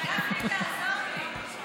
תעזור לי,